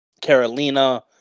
Carolina